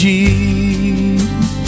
Jesus